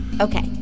Okay